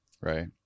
Right